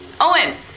Owen